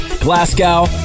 Glasgow